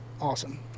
awesome